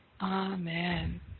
Amen